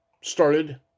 started